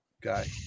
guy